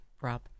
Rob